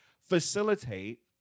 facilitate